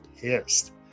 pissed